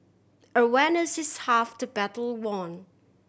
awareness is half to battle won